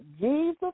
Jesus